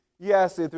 Yes